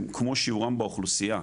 כמו שיעורם באוכלוסייה,